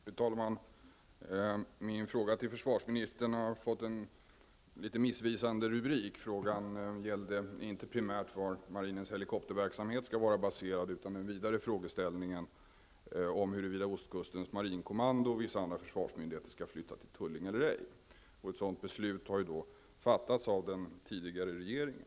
Fru talman! Min fråga till försvarsministern har fått en litet missvisande rubrik. Frågan gällde inte primärt var marinens helikopterverksamhet skall vara baserad utan den vidare frågeställningen om huruvida ostkustens marinkommando och vissa andra försvarsmyndigheter skall flytta till Tullinge eller ej. Ett beslut härom har fattats av den tidigare regeringen.